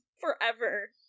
forever